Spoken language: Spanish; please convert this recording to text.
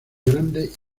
grandes